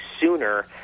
sooner